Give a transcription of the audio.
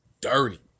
Dirty